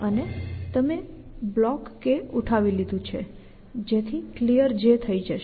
અને તમે block K ઉઠાવી લીધું છે જેથી Clear થઈ જશે